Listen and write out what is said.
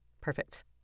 perfect